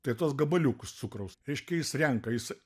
tai tuos gabaliukus cukraus reiškia jis renka jis